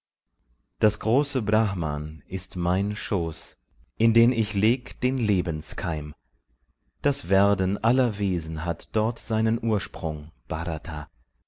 das große brahman ist mein schoß in den ich leg den lebenskeim das werden aller wesen hat dort seinen ursprung bhrata